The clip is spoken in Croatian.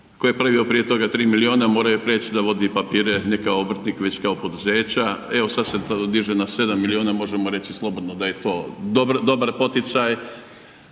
koji je pravio prije toga tri milijuna morao je preć da vodi papire ne kao obrtnik već kao poduzeća. Evo sada se diže na 7 milijuna, možemo reći slobodno da je to dobar poticaj,